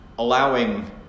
Allowing